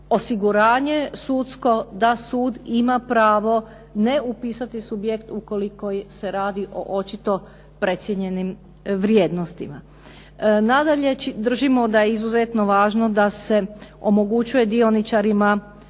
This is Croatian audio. osiguranje sudsko da sud ima pravo ne upisati subjekt ukoliko se radi o očito precijenjenim vrijednostima. Nadalje držimo da je izuzetno važno da se omogućuje dioničarima,